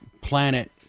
planet